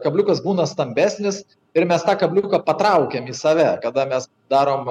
kabliukas būna stambesnis ir mes tą kabliuką patraukiame į save kada mes darom